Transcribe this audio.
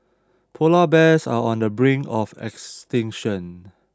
polar bears are on the brink of extinction